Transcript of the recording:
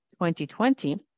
2020